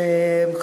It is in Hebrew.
ממש בימים האחרונים,